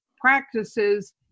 practices